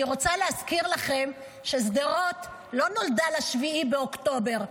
אני רוצה להזכיר לכם ששדרות לא נולדה ל-7 באוקטובר.